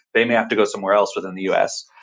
they may have to go somewhere else within the u s.